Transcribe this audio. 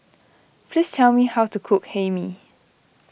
please tell me how to cook Hae Mee